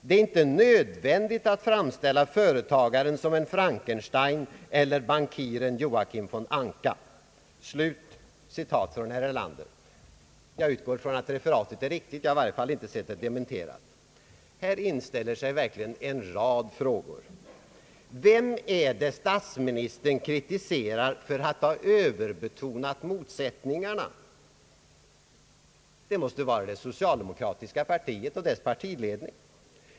Det är inte nödvändigt att framställa företagaren som en Frankenstein eller bankiren Joakim von Anka.» Jag utgår från att referatet är riktigt — i varje fall har jag inte sett det dementerat. Här inställer sig verkligen en rad frågor. Vem är det statsministern kritiserar för att ha överbetonat motsättningarna? Det måste ju vara socialdemokratiska partiet och dess partiledning.